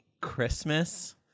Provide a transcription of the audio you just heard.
Christmas